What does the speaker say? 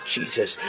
Jesus